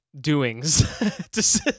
doings